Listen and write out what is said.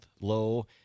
low